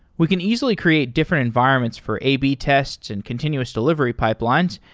we can easily create different environments for ab tests and continuous delivery pipelines.